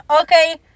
okay